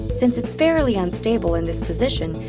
since it's fairly unstable in this position,